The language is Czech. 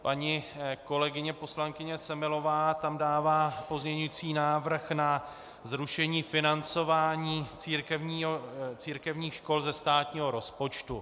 Paní kolegyně poslankyně Semelová tam dává pozměňovací návrh na zrušení financování církevních škol ze státního rozpočtu.